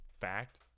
fact